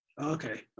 Okay